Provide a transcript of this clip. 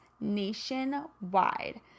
nationwide